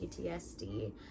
PTSD